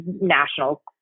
national